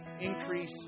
increase